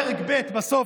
בפרק ב' בסוף,